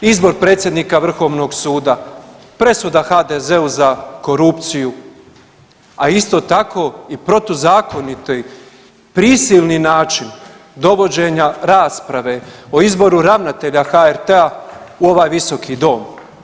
Izbor predsjednika Vrhovnog suda, presuda HDZ-u za korupciju, a isto tako i protuzakoniti prisilni način dovođenja rasprave o izboru ravnatelja HRT-a u ovaj visoki dom.